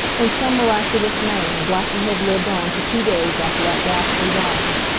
in some miraculous manner blackie had lived on for two days after that ghastly ride.